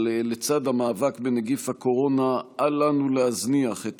לצד המאבק בנגיף הקורונה אל לנו להזניח את